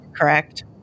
correct